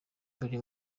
turi